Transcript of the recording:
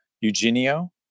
Eugenio